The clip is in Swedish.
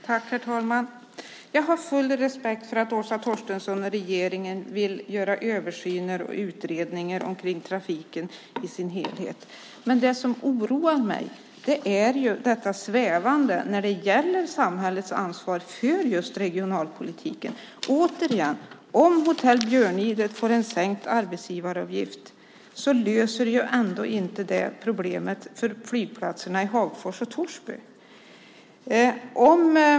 Herr talman! Jag har full respekt för att Åsa Torstensson och regeringen vill göra översyner och utredningar om trafiken i sin helhet. Men det som oroar mig är att det är svävande när det gäller samhällets ansvar för just regionalpolitiken. Återigen: Om Hotell Björnidet får en sänkt arbetsgivaravgift löser ändå inte det problemet för flygplatserna i Hagfors och Torsby.